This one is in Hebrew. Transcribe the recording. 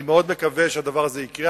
אני מאוד מקווה שהדבר הזה יקרה.